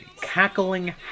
Cackling